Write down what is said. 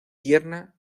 tierna